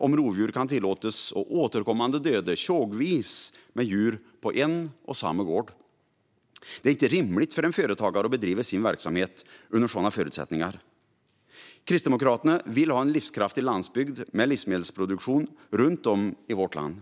om rovdjur kan tillåtas att återkommande döda tjogvis med djur på en och samma gård. Det är inte rimligt för en företagare att bedriva sin verksamhet under sådana förutsättningar. Kristdemokraterna vill ha en livskraftig landsbygd med livsmedelsproduktion runt om i vårt land.